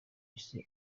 isi